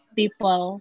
people